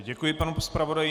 Děkuji panu zpravodaji.